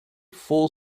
full